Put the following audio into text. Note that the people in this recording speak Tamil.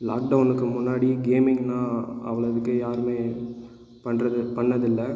லாக்டவுனுக்கு முன்னாடி கேமிங்லாம் அவ்ளோத்துக்கு யாருமே பண்ணுறது பண்ணது இல்லை